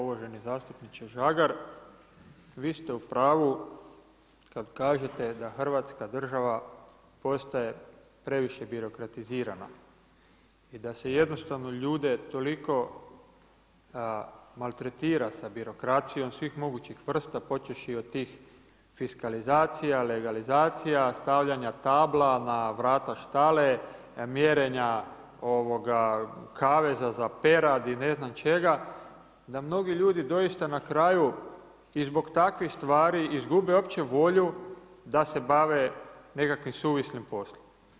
Uvaženi zastupniče Žagar vi ste u pravu kada kažete da Hrvatska država postaje previše birokratizirana i da se jednostavno ljude toliko maltretira sa birokracijom svih mogućih vrsta počevši od tih fiskalizacija, legalizacija, stavljanja tabla na vrata štale, mjerenja kaveza za perad i ne znam čega, da mnogi ljudi doista na kraju i zbog takvih stvari izgube uopće volju da se bave nekakvim suvislim poslom.